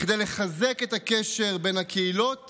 כדי לחזק את הקשר בין הקהילות